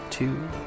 Two